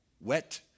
wet